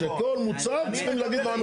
שכל מוצר צריכים להגיד מה המחיר שלו.